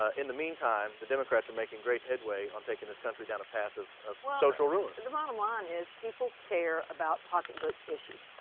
ah in the mean time the democrats are making great headway on taking this country down a path of of social ruin. well, and the bottom line is people care about pocketbook issues.